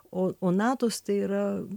o o natos tai yra